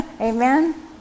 amen